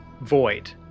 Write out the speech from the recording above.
void